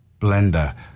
blender